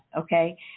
okay